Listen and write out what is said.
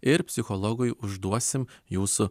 ir psichologui užduosim jūsų